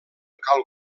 cal